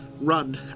Run